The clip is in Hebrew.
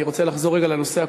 אני רוצה לחזור רגע לנושא הקודם,